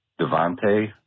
Devante